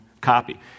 copy